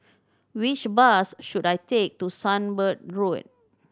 which bus should I take to Sunbird Road